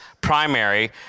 primary